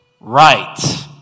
Right